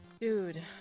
Dude